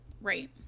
Right